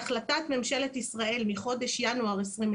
בהחלטת ממשלת ישראל מחודש ינואר 2020